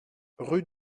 rue